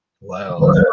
wow